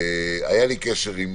היה לי קשר עם